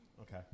Okay